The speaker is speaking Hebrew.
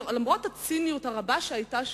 למרות הציניות הרבה שהיתה שם,